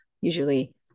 usually